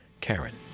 karen